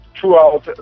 throughout